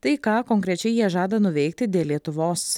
tai ką konkrečiai jie žada nuveikti dėl lietuvos